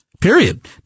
period